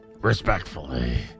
Respectfully